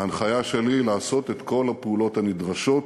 ההנחיה שלי היא לעשות את כל הפעולות הנדרשות.